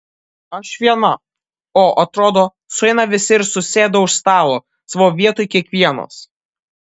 aš viena o atrodo sueina visi ir susėda už stalo savo vietoj kiekvienas